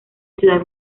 ciudad